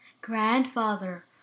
Grandfather